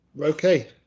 Okay